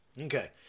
Okay